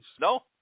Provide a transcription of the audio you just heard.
No